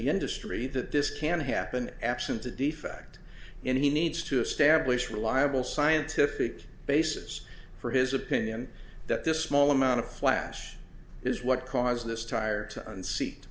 the industry that this can happen absent a defect in he needs to establish reliable scientific basis for his opinion that this small amount of flash is what caused this tire to unseat